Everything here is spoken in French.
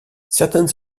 certaines